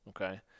Okay